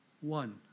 One